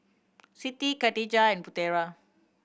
Siti Katijah and Putera